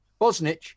Bosnich